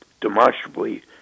demonstrably